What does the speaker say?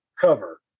cover